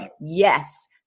yes